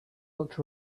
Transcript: looked